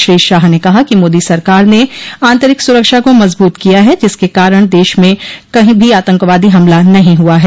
श्री शाह ने कहा कि मोदी सरकार ने आंतरिक सुरक्षा को मजबूत किया है जिसके कारण देश में कही भी आतंकवादी हमला नहीं हुआ है